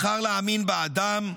בחר להאמין באדם,